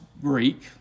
Greek